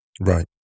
Right